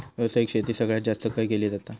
व्यावसायिक शेती सगळ्यात जास्त खय केली जाता?